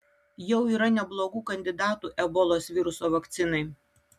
jau yra neblogų kandidatų ebolos viruso vakcinai